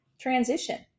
transition